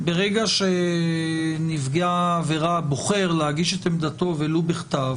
ברגע שנפגע העבירה בוחר להגיש את עמדתו ולו בכתב,